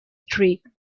streak